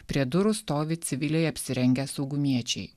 prie durų stovi civiliai apsirengę saugumiečiai